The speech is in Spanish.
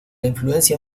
influencia